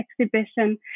exhibition